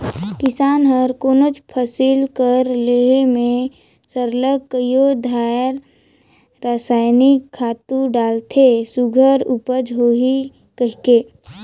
किसान हर कोनोच फसिल कर लेहे में सरलग कइयो धाएर रसइनिक खातू डालथे सुग्घर उपज होही कहिके